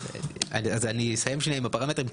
אסיים עם הפרמטרים.